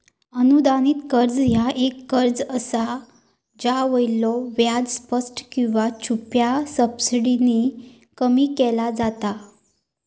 अनुदानित कर्ज ह्या एक कर्ज असा ज्यावरलो व्याज स्पष्ट किंवा छुप्या सबसिडीने कमी केला जाता